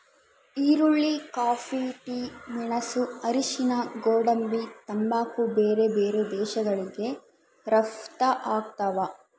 ಈರುಳ್ಳಿ coffee tea ಮೆಣಸು ಅರಿಶಿಣ ಗೋಡಂಬಿ ತಂಬಾಕು ಬೇರೆ ಬೇರೆ ದೇಶಗಳಿಗೆ ರಪ್ತಾಗ್ತಾವ